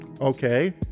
okay